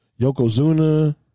Yokozuna